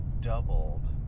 doubled